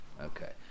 okay